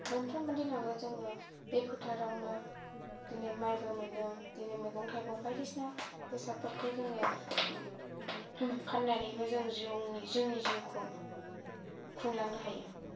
मोनफ्रोमबो दिनावनो जोङो बे फोथारावनो दिनै मायबो मोनदों मैगं थाइगं बायदिसिना बेसादफोरखौ जोङो फाननानैबो जोंनि जिउखौ खुंलांनो हायो